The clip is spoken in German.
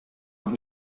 auch